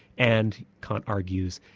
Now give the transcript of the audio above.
and kant argues,